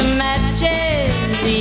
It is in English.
matches